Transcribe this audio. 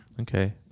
Okay